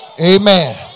Amen